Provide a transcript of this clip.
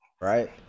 right